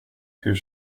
hur